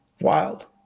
Wild